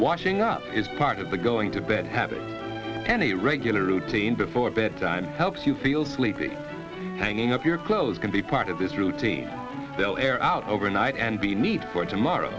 washing up is part of the going to bed having any regular routine before bedtime helps you feel sleepy hanging up your clothes can be part of this routine they'll air out overnight and be neat for tomorrow